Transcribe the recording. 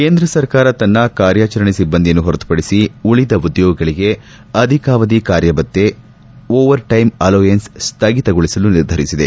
ಕೇಂದ್ರ ಸರ್ಕಾರ ತನ್ನ ಕಾರ್ಯಾಚರಣೆ ಸಿಬ್ಬಂದಿಯನ್ನು ಹೊರತುಪಡಿಸಿ ಉಳದ ಉದ್ಯೋಗಿಗಳಿಗೆ ಅಧಿಕಾವಧಿ ಕಾರ್ಯಭತ್ತೆ ಸ್ಥಗಿತಗೊಳಿಸಲು ನಿರ್ಧರಿಸಿದೆ